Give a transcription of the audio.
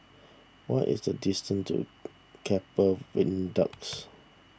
what is the distance to Keppel Viaducts